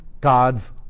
God's